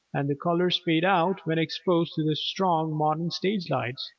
and the colors fade out when exposed to the strong modern stage lights,